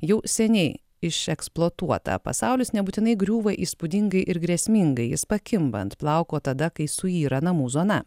jau seniai išeksploatuota pasaulis nebūtinai griūva įspūdingai ir grėsmingai jis pakimba ant plauko tada kai suyra namų zona